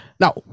Now